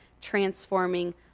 transforming